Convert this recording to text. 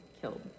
killed